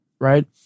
right